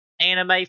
anime